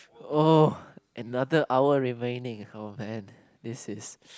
oh another hour remaining oh man this is